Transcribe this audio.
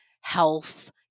health